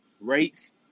rates